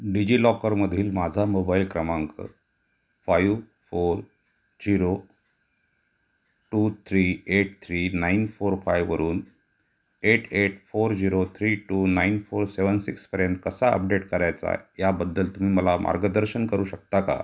डिजिलॉकरमधील माझा मोबाईल क्रमांक five four zero two three eight three nine four फायवरून eight eight four zero three two nine four seven सिक्सपर्यंत कसा update करायचा याबद्दल तुम्ही मला मार्गदर्शन करू शकता का